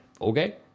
okay